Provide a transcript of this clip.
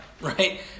right